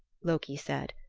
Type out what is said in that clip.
loki said.